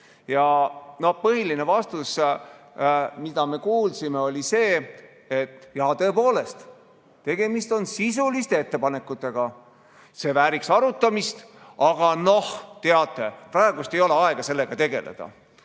Põhiline vastus, mida me kuulsime, oli see, et tõepoolest, tegemist on sisuliste ettepanekutega, need vääriks arutamist, aga noh, teate, praegu ei ole aega sellega tegeleda.